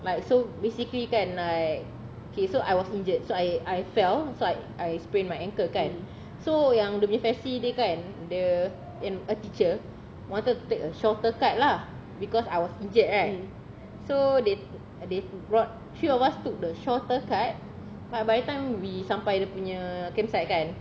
like so basically kan like okay so I was injured so I I fell so I I sprained my ankle kan so yang dia punya faci dia kan the eh no a teacher wanted to take a shorter cut lah because I was injured right so they uh they brought three of us took the shorter cut by the time we sampai dia punya campsite kan